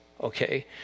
okay